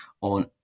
on